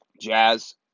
Jazz